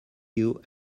queue